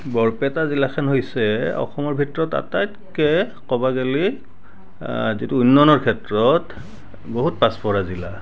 বৰপেটা জিলাখন হৈছে অসমৰ ভিতৰত আটাইতকৈ ক'ব গেলি যিটো উন্নয়নৰ ক্ষেত্ৰত বহুত পাচপৰা জিলা